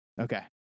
Okay